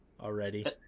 already